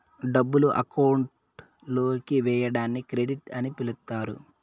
డబ్బులు అకౌంట్ లోకి వేయడాన్ని క్రెడిట్ అని పిలుత్తారు